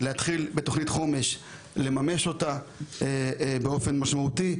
להתחיל בתוכנית חומש ולממש אותה באופן משמעותי.